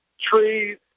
trees